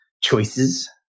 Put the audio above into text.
choices